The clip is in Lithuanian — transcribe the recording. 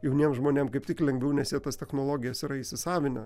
jauniem žmonėm kaip tik lengviau nes jie tas technologijas yra įsisavinę